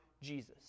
Jesus